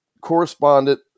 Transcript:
correspondent